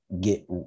get